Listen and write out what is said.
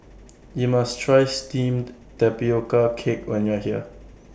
YOU must Try Steamed Tapioca Cake when YOU Are here